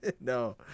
No